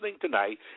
tonight